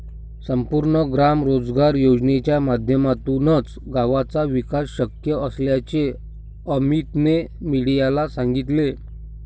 संपूर्ण ग्राम रोजगार योजनेच्या माध्यमातूनच गावाचा विकास शक्य असल्याचे अमीतने मीडियाला सांगितले